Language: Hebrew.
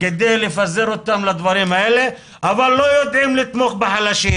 כדי לפזר אותם לדברים האלה אבל לא יודעים לתמוך בחלשים,